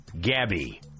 Gabby